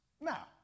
Now